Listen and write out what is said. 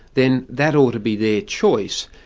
then that ought to be their choice.